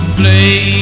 play